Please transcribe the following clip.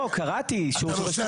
לא, קראתי, אישור שבשתיקה.